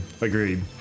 Agreed